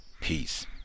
peace